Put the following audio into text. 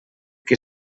que